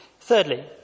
Thirdly